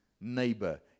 neighbor